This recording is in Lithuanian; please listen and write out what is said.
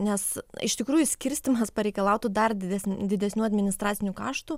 nes iš tikrųjų skirstymas pareikalautų dar didesn didesnių administracinių kaštų